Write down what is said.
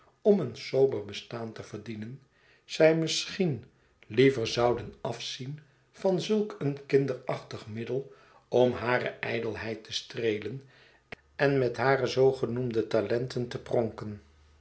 om een sober bestaan te verdienen zij misschien liever zouden afzien van zulk een kinderachtig middel om hare ijdelheid te streelen en met hare zoogenoemde talenten te pronken